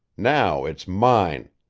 now it's mine.